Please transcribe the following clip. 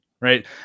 right